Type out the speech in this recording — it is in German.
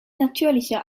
natürlicher